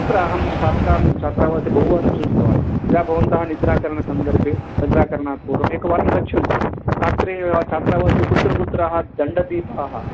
तत्र अहं छात्रान् छात्रावासे बहुवारं सूचितवान् यदा भवन्तः निद्रा करण सन्दर्भे निद्राकरणात् पूर्वम् एकवारं गच्छन्तु छात्रे छात्रावासे कुत्र कुत्र दण्डदीपाः